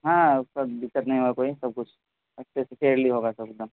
ہاں اس کا دقت نہیں ہوگا کوئی سب کچھ اچھے سے کلیئرلی ہوگا سب ایک دم